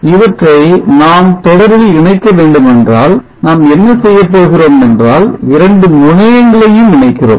இவற்றை நாம் தொடரில் இணைக்க வேண்டுமென்றால் நாம் என்ன செய்யப் போகிறோம் என்றால் 2 முனையங்களையும் இணைக்கிறோம்